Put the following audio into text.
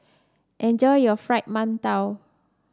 enjoy your Fried Mantou